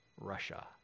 Russia